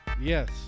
Yes